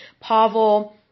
Pavel